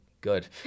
Good